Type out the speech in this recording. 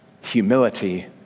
Humility